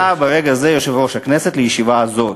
אתה ברגע זה יושב-ראש הכנסת לישיבה הזאת.